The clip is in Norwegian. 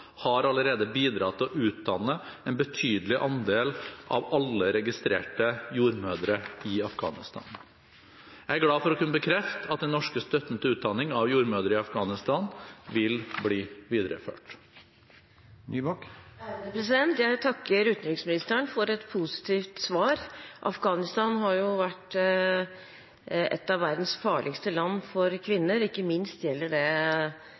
har allerede bidratt til å utdanne en betydelig andel av alle registrerte jordmødre i Afghanistan. Jeg er glad for å kunne bekrefte at den norske støtten til utdanning av jordmødre i Afghanistan vil bli videreført. Jeg takker utenriksministeren for et positivt svar. Afghanistan har vært et av verdens farligste land for kvinner, ikke minst når det